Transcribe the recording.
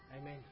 Amen